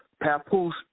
Papoose